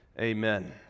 amen